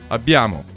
Abbiamo